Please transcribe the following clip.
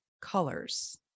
colors